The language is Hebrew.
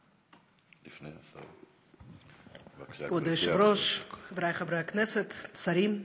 כבוד היושב-ראש, חבריי חברי הכנסת, שרים,